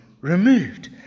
removed